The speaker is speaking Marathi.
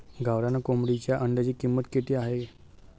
गावरान कोंबडीच्या अंड्याची किंमत किती आहे?